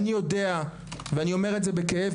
אני יודע ואני אומר את זה בכאב,